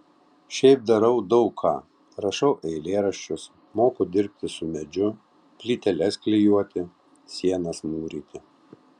šiaip darau daug ką rašau eilėraščius moku dirbti su medžiu plyteles klijuoti sienas mūryti